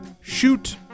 shoot